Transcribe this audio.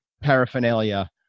paraphernalia